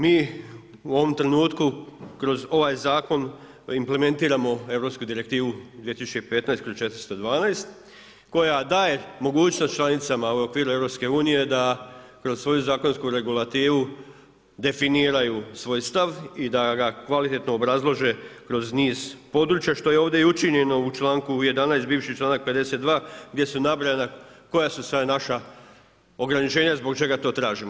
Mi u ovom trenutku kroz ovaj zakon implementiramo europsku Direktivu 2015/412 koja daje mogućnost članicama u okviru EU da kroz svoju zakonsku regulativu definiraju svoj stav i da ga kvalitetno obrazlože kroz niz područja, što je ovdje i učinjeno u članku 11. bivši članak 52. gdje su nabrojana koja su sve naša ograničenja zbog čega to tražimo.